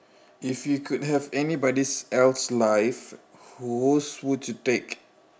if you could have anybody's else life whose would you take